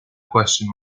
question